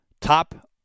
top